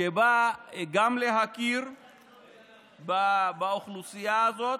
שבא גם להכיר באוכלוסייה הזאת,